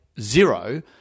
zero